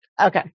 Okay